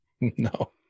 No